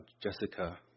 Jessica